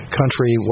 country